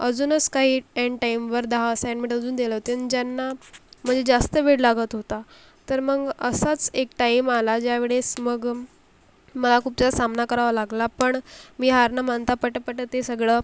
अजूनस काही टेन टाईमवर दहा असाईनमेंट अजून दिले होते न् ज्यांना म्हणजे जास्त वेळ लागत होता तर मग असाच एक टाईम आला ज्यावेळेस मग मला खूप जा सामना करावा लागला पण मी हार न मानता पटापट ते सगळं